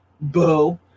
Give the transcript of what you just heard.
boo